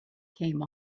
came